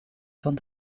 van